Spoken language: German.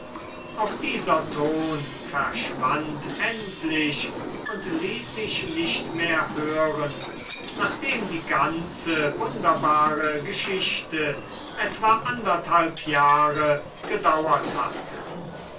auch dieser ton verschwand endlich und ließ sich nicht mehr hören nachdem die ganze wunderbare geschichte etwa anderthalb jahre gedauert hatte